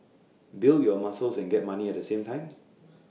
build your muscles and get money at the same time